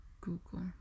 Google